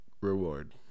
reward